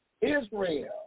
Israel